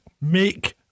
make